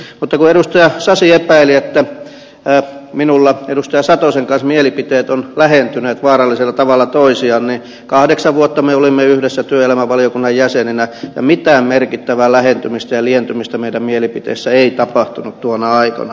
mutta kun edustaja sasi epäili että minulla edustaja satosen kanssa mielipiteet ovat lähentyneet vaarallisella tavalla toisiaan niin kahdeksan vuotta me olimme yhdessä työelämävaliokunnan jäseninä ja mitään merkittävää lähentymistä ja lientymistä meidän mielipiteissämme ei tapahtunut tuona aikana